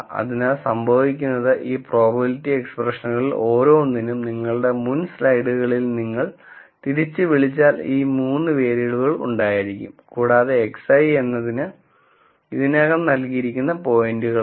അതിനാൽ സംഭവിക്കുന്നത് ഈ പ്രോബബിലിറ്റി എക്സ്പ്രഷനുകളിൽ ഓരോന്നിനും നിങ്ങളുടെ മുൻ സ്ലൈഡുകളിൽ നിന്ന് നിങ്ങൾ തിരിച്ചുവിളിച്ചാൽ ഈ 3 വേരിയബിളുകൾ ഉണ്ടായിരിക്കും കൂടാതെ xi എന്നത് ഇതിനകം നൽകിയിരിക്കുന്ന പോയിന്റുകളാണ്